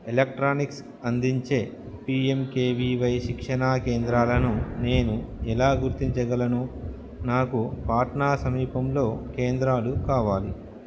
electronics అందించే PMKVY శిక్షణా కేంద్రాలను నేను ఎలా గుర్తించగలను నాకు పాట్నా సమీపంలో కేంద్రాలు కావాలి